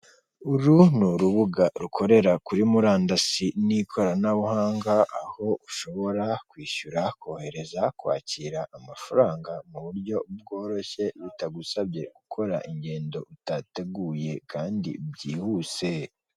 Uru ni urubuga rukorera kuri murandasi n'ikoranabuhanga, aho ushobora kwishyura, kohereza, kwakira amafaranga mu buryo bworoshye bitagusabye gukora ingendo utateguye kandi byihuse.